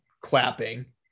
clapping